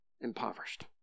impoverished